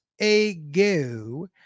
ago